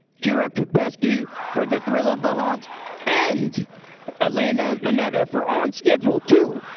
kyra kupetsky for the thrill of the haunt and elena manetta for on schedule. two!